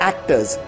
Actors